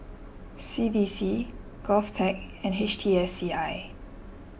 C D C Govtech and H T S C I